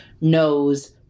knows